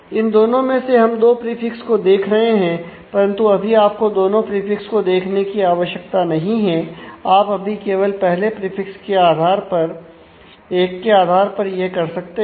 इन दोनों में से हम दो प्रीफिक्स को देख रहे हैं परंतु अभी आपको दोनों प्रीफिक्स को देखने की आवश्यकता नहीं है आप अभी केवल पहले प्रीफिक्स 1 के आधार पर यह कर सकते हैं